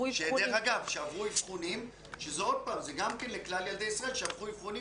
שדרך אגב עברו אבחונים זה לכלל ילדי ישראל שעברו אבחונים.